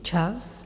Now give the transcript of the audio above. Čas!